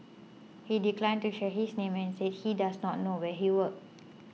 he declined to share his name and said he does not know where he worked